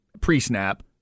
pre-snap